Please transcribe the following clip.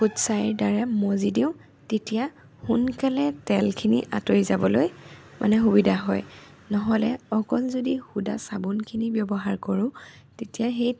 ফুটছাঁইৰ দ্বাৰা মাজি দিওঁ তেতিয়া সোনকালে তেলখিনি আঁতৰি যাবলৈ মানে সুবিধা হয় নহ'লে অকল যদি শুদা চাবোনখিনি ব্যৱহাৰ কৰোঁ তেতিয়া সেই